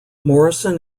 morrison